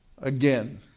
again